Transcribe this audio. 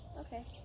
Okay